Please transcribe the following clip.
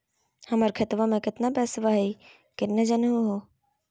हमर खतवा मे केतना पैसवा हई, केना जानहु हो?